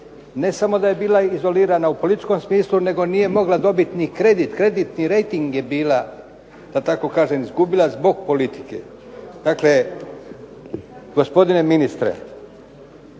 Ne samo da je bila izolirana u političkom smislu nego nije mogla dobiti kredit, kreditni rejting je bila da tako kažem izgubila zbog politike. Dakle, gospodine ministre,